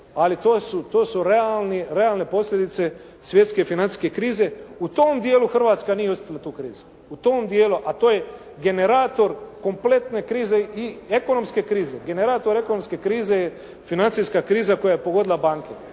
ali to su realne posljedice svjetske financijske krize. U tom dijelu Hrvatska nije osjetila tu krizu. U tom dijelu, a to je generator kompletne krize i ekonomske. Generator ekonomske krize je financijska kriza koja je pogodila banke.